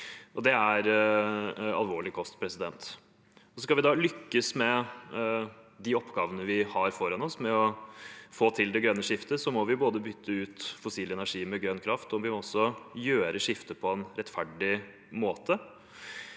Det er alvorlig kost. Skal vi lykkes med de oppgavene vi har foran oss, og med å få til det grønne skiftet, må vi både bytte ut fossil energi med grønn kraft og gjøre skiftet på en rettferdig måte.